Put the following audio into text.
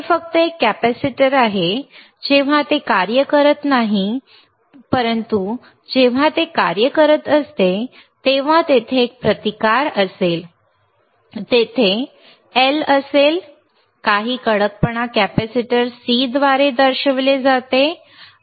हे फक्त एक कॅपेसिटर आहे जेव्हा ते कार्य करत नाही परंतु जेव्हा ते कार्यरत असते तेव्हा तेथे एक प्रतिकार असेल अंतर्गत घर्षण कंपनामुळे तेथे L असेल क्रिस्टल जडत्व दर्शवणाऱ्या वस्तुमानामुळे आणि काही कडकपणा कॅपेसिटर C द्वारे दर्शविले जाते